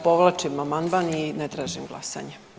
Povlačimo amandman i ne tražim glasanje.